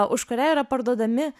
už kurią yra parduodami